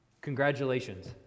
Congratulations